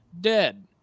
Dead